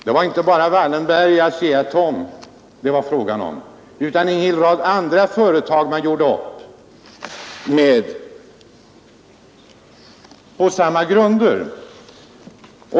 Det var inte bara fråga om Wallenberg och ASEA-Atom, utan det var en hel rad andra företag man gjorde upp med på samma grunder.